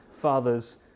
fathers